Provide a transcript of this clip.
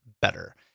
better